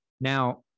Now